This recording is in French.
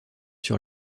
sur